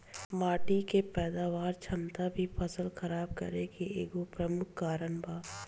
माटी के पैदावार क्षमता भी फसल खराब करे के एगो प्रमुख कारन बा